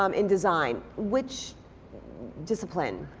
um in design. which discipline?